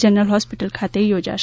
general hospital ખાતે યોજાશે